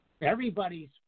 Everybody's